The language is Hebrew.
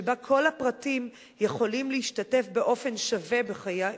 שבה כל הפרטים יכולים להשתתף באופן שווה בחיי החברה.